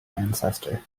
ancestor